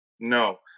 No